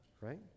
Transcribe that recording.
Right